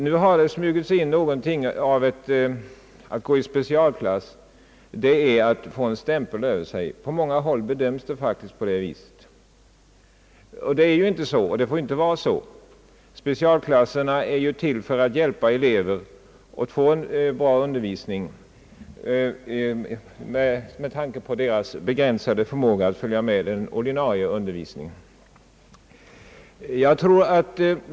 Nu har det ju smugit in sig den uppfattningen att går man i specialklass får man en stämpel över sig — på många håll har det faktiskt bedömts på det sättet. Det är ju inte på det sättet och får inte vara på det sättet. Specialklasserna är till för att hjälpa eleven att få en god undervisning med tanke på hans begränsade förmåga att följa med i den ordinarie undervisningen.